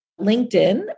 LinkedIn